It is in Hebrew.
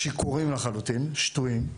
הם היו שיכורים לחלוטין, שתויים,